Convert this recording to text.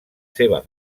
seva